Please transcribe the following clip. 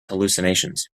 hallucinations